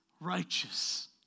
righteous